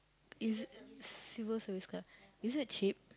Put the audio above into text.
it's Civil-Service-Club is it cheap